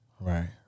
Right